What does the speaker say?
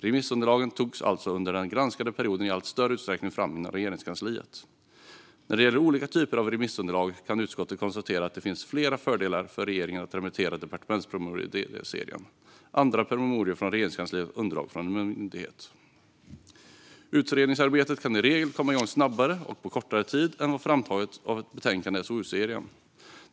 Remissunderlagen togs alltså under den granskade perioden i allt större utsträckning fram inom Regeringskansliet. När det gäller olika typer av remissunderlag konstaterar utskottet att det finns flera fördelar för en regering med att remittera departementspromemorior i Ds-serien, andra promemorior från Regeringskansliet och underlag från en myndighet. Utredningsarbetet kan i regel komma igång snabbare och ta kortare tid än vid framtagandet av ett betänkande i SOUserien.